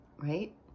Right